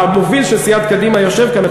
המוביל של סיעת קדימה יושב כאן,